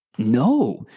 No